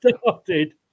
started